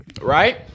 right